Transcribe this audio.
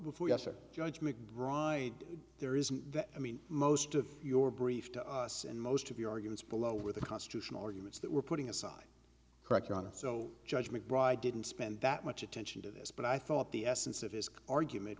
before us or judge mcbride there isn't that i mean most of your brief to us and most of your arguments below are the constitutional arguments that we're putting aside correct your honor so judge mcbride didn't spend that much attention to this but i thought the essence of his argument